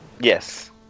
Yes